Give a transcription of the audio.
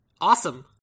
Awesome